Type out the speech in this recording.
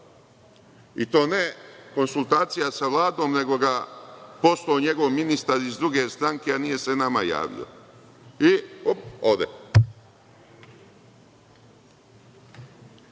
i to ne konsultacija sa Vladom, nego ga poslao njegov ministar iz druge stranke, a nije se nama javio. I op, ode! Kao